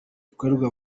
rikorerwa